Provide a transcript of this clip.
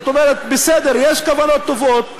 זאת אומרת, בסדר, יש כוונות טובות,